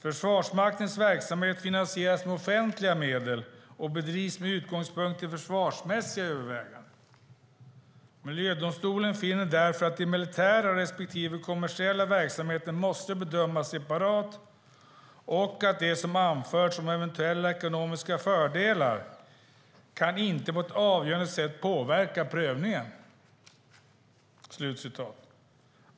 - Försvarsmaktens verksamhet finansieras med offentliga medel och bedrivs med utgångspunkt i försvarsmässiga överväganden. Av dessa skäl . måste militär och kommersiell verksamhet bedömas separat, och det som anförts om eventuella ekonomiska fördelar kan inte på ett avgörande sätt påverka prövningen", skriver miljödomstolen.